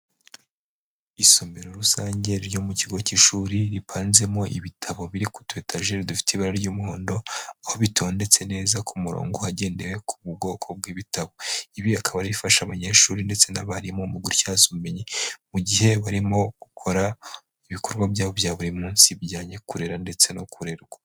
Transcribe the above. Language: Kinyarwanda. Isomero rusange ryo mu kigo k'ishuri ripanzemo ibitabo biri kutu etajeri dufite ibara ry'umuhondo aho bitondetse neza ku murongo hagendewe ku bwoko bw'ibitabo. Ibi akaba ari ibifasha abanyeshuri ndetse n'abarimu mu gutyaza ubumenyi mu gihe barimo gukora ibikorwa byabo bya buri munsi bijyanye no kurera ndetse no kurerwa.